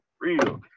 real